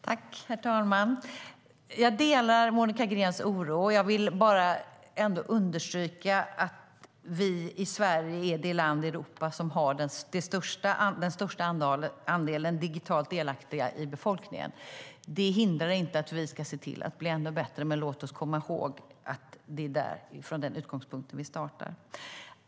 Herr talman! Jag delar Monica Greens oro, men jag vill ändå understryka att Sverige är det land i Europa som har störst andel digitalt delaktiga i befolkningen. Det hindrar inte att vi ska se till att vi blir ännu bättre, men låt oss komma ihåg att det är från den utgångspunkten vi startar.